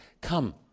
Come